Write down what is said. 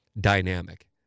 dynamic